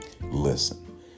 Listen